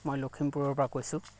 মই লখিমপুৰৰ পৰা কৈছোঁ